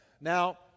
Now